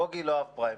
בוגי לא אהב פריימריז.